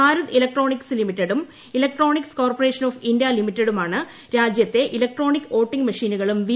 Bharat electronics ലിമിറ്റഡും electronics corporation of India ലിമിറ്റഡുമാണ് രാജ്യത്തെ ഇലക്ട്രോണിക് വോട്ടിംഗ് മെഷീനുകളും വി